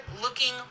looking